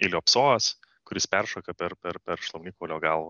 iliopsoas kuris peršoka per per per šlaunį kurio gal